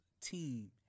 team